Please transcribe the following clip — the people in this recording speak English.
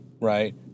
right